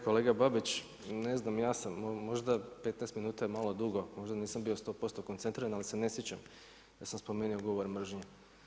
Kolega Babić, ne znam ja sam možda 15 minuta je malo dugo, možda nisam bio sto posto koncentriran ali se ne sjećam da sam spomenuo govor mržnje.